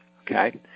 okay